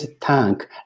tank